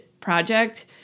project